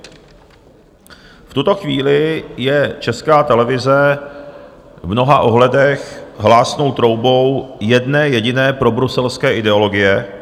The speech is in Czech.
V tuto chvíli je Česká televize v mnoha ohledech hlásnou troubou jedné jediné probruselské ideologie.